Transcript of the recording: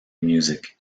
music